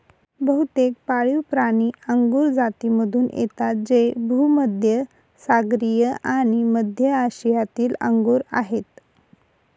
बहुतेक पाळीवप्राणी अंगुर जातीमधून येतात जे भूमध्य सागरीय आणि मध्य आशियातील अंगूर आहेत